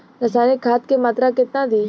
रसायनिक खाद के मात्रा केतना दी?